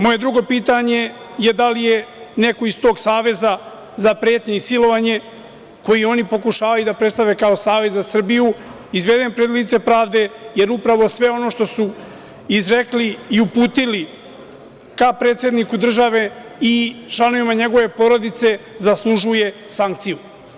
Moje drugo pitanje je da li je neko iz tog saveza za pretnje i silovanje, koji oni pokušavaju da predstave kao Savez za Srbiju, izveden pred lice pravde, jer upravo sve ono što su izrekli i uputili ka predsedniku države i članovima njegove porodice zaslužuje sankciju?